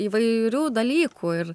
įvairių dalykų ir